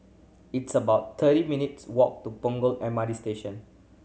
it's about thirty minutes' walk to Punggol M R T Station